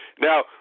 Now